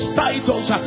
titles